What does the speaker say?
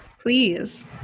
please